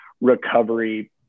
recovery